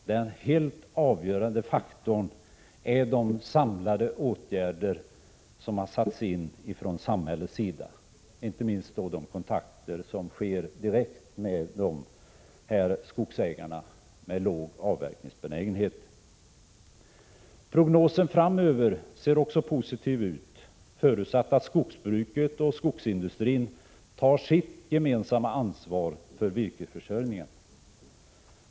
Den helt avgörande faktorn är de samlade åtgärder som har satts in från samhällets sida, inte minst de kontakter som skett direkt med de skogsägare som visat låg avverkningsbenägenhet. Prognosen framöver ser också positiv ut, förutsatt att skogsbruket och skogsindustrin tar ett gemensamt ansvar för virkesförsörjningen.